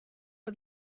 for